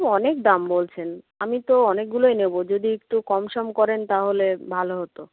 অনেক দাম বলছেন আমি তো অনেকগুলোই নেবো যদি একটু কম সম করেন তাহলে ভালো হতো